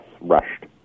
rushed